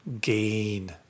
gain